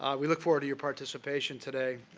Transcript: um we look forward to you participation today.